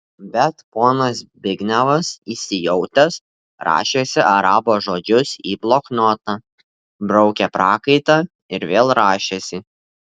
bet ponas zbignevas įsijautęs rašėsi arabo žodžius į bloknotą braukė prakaitą ir vėl rašėsi